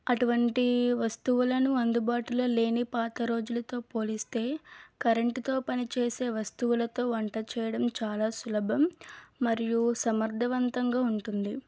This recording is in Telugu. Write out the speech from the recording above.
అటువంటి వస్తువులను అందుబాటులో లేని పాత రోజులతో పోలిస్తే కరెంటుతో పని చేసే వస్తువులతో వంట చేయడం చాలా సులభం మరియు సమర్థవంతంగా ఉంటుంది